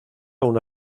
una